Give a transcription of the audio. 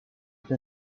più